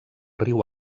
riu